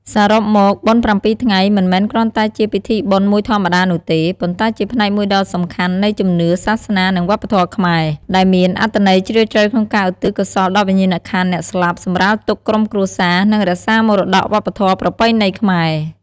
សរុបមក បុណ្យប្រាំពីរថ្ងៃ មិនមែនគ្រាន់តែជាពិធីបុណ្យមួយធម្មតានោះទេ ប៉ុន្តែជាផ្នែកមួយដ៏សំខាន់នៃជំនឿ សាសនា និងវប្បធម៌ខ្មែរ ដែលមានអត្ថន័យជ្រាលជ្រៅក្នុងការឧទ្ទិសកុសលដល់វិញ្ញាណក្ខន្ធអ្នកស្លាប់ សម្រាលទុក្ខក្រុមគ្រួសារ និងរក្សាមរតកវប្បធម៌ប្រពៃណីខ្មែរ។